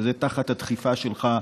וזה תחת הדחיפה שלך,